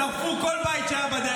שרפו כל בית שהיה בדרך.